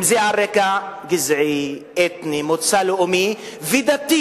אם זה על רקע גזעי, אתני, מוצא לאומי ודתי,